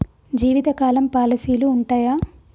జీవితకాలం పాలసీలు ఉంటయా?